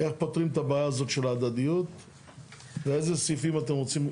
איך פותרים את הבעיה הזאת של ההדדיות ואיזה סעיפים אתם רוצים,